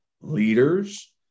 leaders